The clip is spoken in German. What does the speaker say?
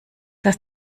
das